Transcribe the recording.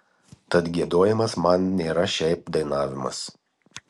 tad giedojimas man nėra šiaip dainavimas